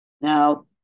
Now